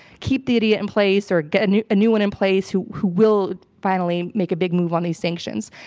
keep the idiot in place, or get a new a new one in place who who will finally make a big move on these sanctions.